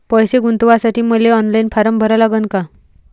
पैसे गुंतवासाठी मले ऑनलाईन फारम भरा लागन का?